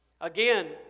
Again